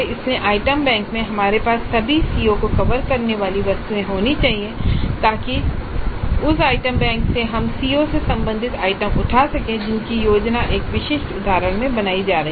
इसलिए item bank में हमारे पास सभी सीओ को कवर करने वाली वस्तुएं होनी चाहिए ताकि उस आइटम बैंक से हम सीओ से संबंधित आइटम उठा सकें जिनकी योजना एक विशिष्ट उदाहरण में बनाई जा रही है